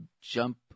jump